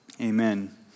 Amen